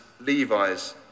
Levi's